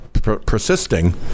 Persisting